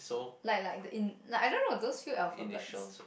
like like the in like I don't those few alphabets